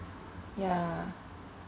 ya